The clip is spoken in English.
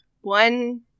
one